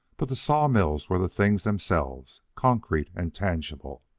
but the sawmills were the things themselves, concrete and tangible,